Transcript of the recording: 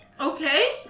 Okay